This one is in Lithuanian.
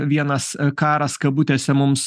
vienas karas kabutėse mums